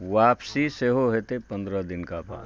वापसी सेहो हेतै पन्द्रह दिनका बाद